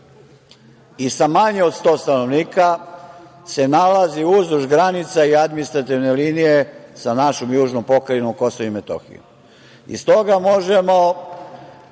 i sa manje od 100 stanovnika se nalazi uzduž granica i administrativne linije sa našoj južnom pokrajinom KiM? Iz toga možemo